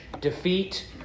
Defeat